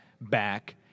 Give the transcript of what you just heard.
back